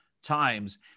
times